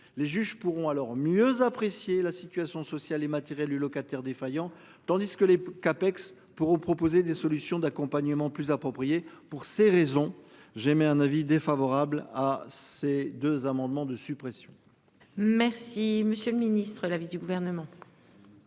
les juges pourront alors mieux apprécier la situation sociale et matérielle du locataire défaillant, tandis que les CAPEX pour proposer des solutions d'accompagnement plus approprié pour ces raisons j'émets un avis défavorable à ces deux amendements de suppression. Merci Monsieur le Ministre, l'avis du gouvernement.